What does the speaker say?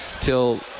till